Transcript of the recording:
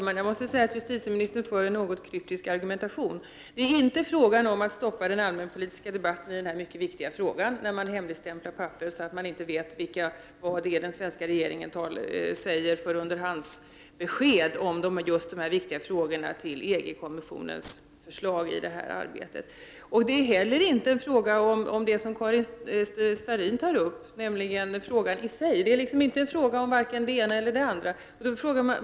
Herr talman! Justitieministern för en något kryptisk argumentation. Det är inte fråga om att stoppa den allmänpolitiska debatten i denna mycket viktiga fråga där papper hemligstämplas så att det inte går att få veta vad den svenska regeringen ger för underhandsbesked angående EG-kommisionens förslag. Det är inte heller fråga om det som Karin Starrin tog upp. Det är alltså inte fråga om vare sig det ena eller det andra.